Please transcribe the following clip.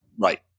Right